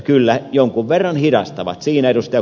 kyllä jonkun verran hidastavat siinä ed